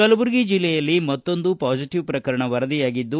ಕಲಬುರಗಿ ಜಿಲ್ಲೆಯಲ್ಲಿ ಮತ್ತೊಂದು ಪಾಸಿಟವ್ ಪ್ರಕರಣ ವರದಿಯಾಗಿದ್ದು